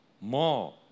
more